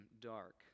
dark